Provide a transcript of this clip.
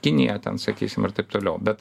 kinija ten sakysime ir taip toliau bet